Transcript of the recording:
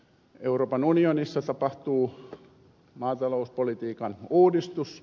euroopan unionissa tapahtuu maatalouspolitiikan uudistus